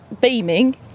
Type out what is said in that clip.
beaming